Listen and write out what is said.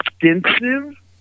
extensive